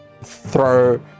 throw